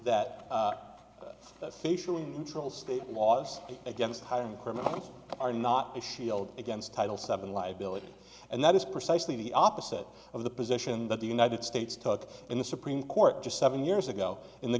that facially troll state laws against hiring criminals are not a shield against title seven liability and that is precisely the opposite of the position that the united states took in the supreme court just seven years ago in the